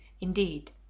indeed